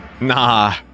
Nah